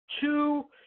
two